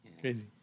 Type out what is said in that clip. Crazy